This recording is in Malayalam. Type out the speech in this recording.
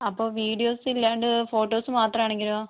അപ്പോൾ വീഡിയോസില്ലാണ്ട് ഫോട്ടോസ് മാത്രം ആണെങ്കിലോ